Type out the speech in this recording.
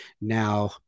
now